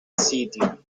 sitio